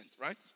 right